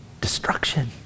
Destruction